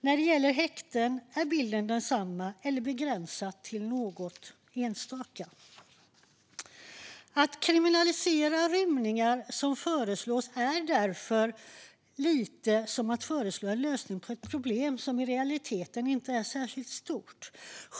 När det gäller häkten handlar det om någon enstaka rymning. Att kriminalisera rymningar är därför lite som att föreslå en lösning på ett problem som i realiteten inte är särskilt stort.